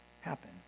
happen